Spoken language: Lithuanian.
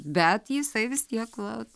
bet jisai vis tiek vat